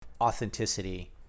authenticity